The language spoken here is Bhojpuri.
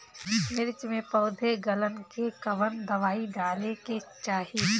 मिर्च मे पौध गलन के कवन दवाई डाले के चाही?